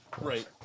Right